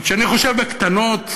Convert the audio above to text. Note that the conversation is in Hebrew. אבל כשאני חושב בקטנות,